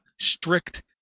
strict